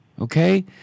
okay